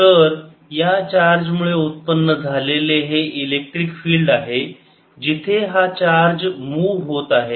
तर या चार्ज मुळे उत्पन्न झालेले हे इलेक्ट्रिक फील्ड आहे जिथे हा चार्ज मुव होत आहे